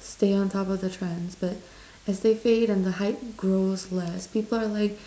stay on top of the trends but as they fade and the hype grows less people are like